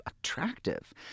attractive